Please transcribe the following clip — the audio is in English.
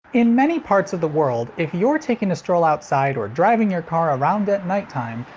in many parts of the world, if you're taking a stroll outside or driving your car around at night time,